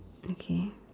okay